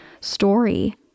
story